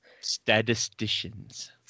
Statisticians